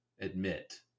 admit